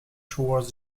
towards